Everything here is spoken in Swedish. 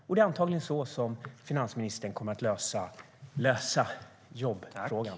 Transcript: Och det är antagligen så som finansministern kommer att "lösa" jobbfrågan.